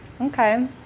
okay